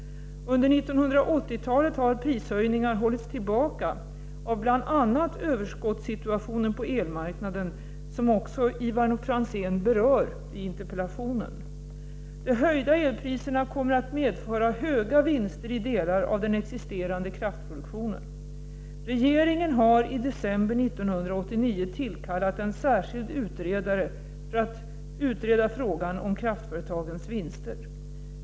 Under 1980-talet har prishöjningar hållits tillbaka av bl.a. överskottssituationen på elmarknaden, som också Ivar Franzén berör i interpellationen. De höjda elpriserna kommer att medföra höga vinster i delar av den existerande kraftproduktionen. Regeringen har i december 1989 tillkallat en särskild utredare för att utreda frågan om kraftföretagens vinster.